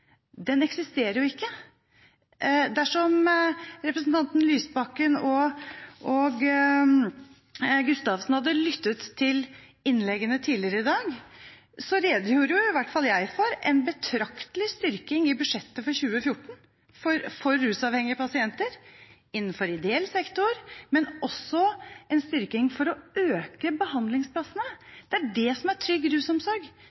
Den eksisterer ikke. Dersom representantene Lysbakken og Gustavsen hadde lyttet til innleggene tidligere i dag, ville de ha hørt at i hvert fall jeg redegjorde for en betraktelig styrking i budsjettet for 2014 for rusavhengige pasienter innenfor ideell sektor, men også en styrking for å øke antallet behandlingsplasser. Det er det som er trygg rusomsorg.